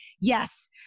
yes